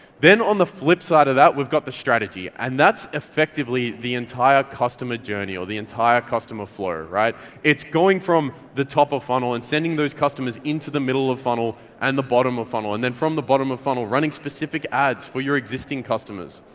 then on the flip side of that, we've got the strategy, and that's effectively the entire customer journey or the entire customer floor. it's going from the top of funnel and sending those customers into the middle of funnel, and the bottom of the funnel, and then from the bottom of funnel running specific ads for your existing customers.